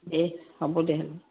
দে হ'ব দে হ'ব